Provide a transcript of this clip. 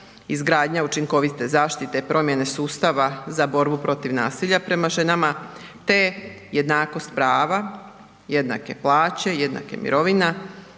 izgradnja učinkovite zaštite promjene sustava za borbu protiv nasilja prema ženama te jednakost prava, jednake plaće, jednake mirovine,